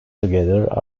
together